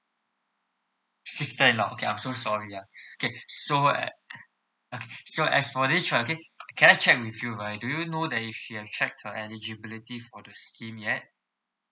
sister in law okay I am so sorry ah okay so uh so as for this uh okay can I check with you right do you know that if she has checked her eligibility for the scheme yet